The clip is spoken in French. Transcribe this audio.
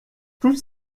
toutes